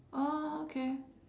ah okay